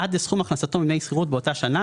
עד לסכום הכנסתו מדמי שכירות באותה שנה